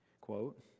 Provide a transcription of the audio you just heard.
quote